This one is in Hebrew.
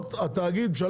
ראש עיריית קריית גת, בבקשה.